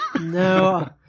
No